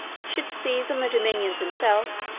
should seize on the dominions himself,